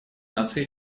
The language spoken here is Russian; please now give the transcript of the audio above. наций